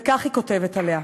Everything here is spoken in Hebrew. וכך היא כותבת עליה: